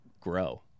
grow